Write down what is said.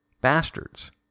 bastards